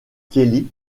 kelly